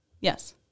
Yes